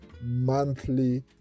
monthly